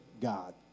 God